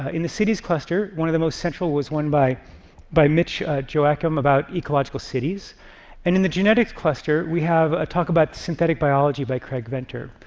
ah in the cities cluster, one of the most central was one by by mitch joachim about ecological cities, and in the genetics cluster, we have a talk about synthetic biology by craig venter.